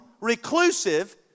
reclusive